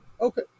Okay